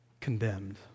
condemned